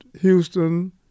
Houston